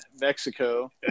Mexico